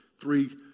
three